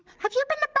have you been